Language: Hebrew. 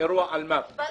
ממני.